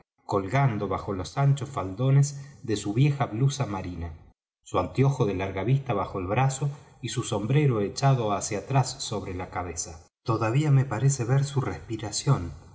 colgando bajo los anchos faldones de su vieja blusa marina su anteojo de larga vista bajo el brazo y su sombrero echado hacia atrás sobre la cabeza todavía me parece ver su respiración